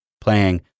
playing